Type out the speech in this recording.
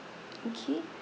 okay